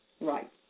Right